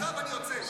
עזוב, אני יוצא.